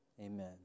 amen